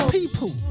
People